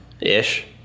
ish